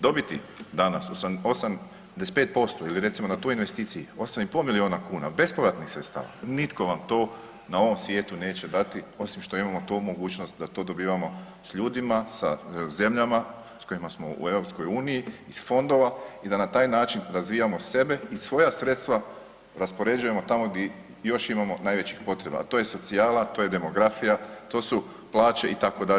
Dobiti danas … posto ili recimo na toj investiciji 8,5 milijuna kuna bespovratnih sredstava nitko vam to na ovom svijetu neće dati osim što imamo tu mogućnost da to dobivamo s ljudima, sa zemljama s kojima smo u EU iz fondova i da na taj način razvijamo sebe i svoja sredstva raspoređujemo tamo gdje imamo još najvećih potreba, a to je socijala, to je demografija, to su plaće itd., itd.